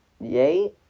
Yay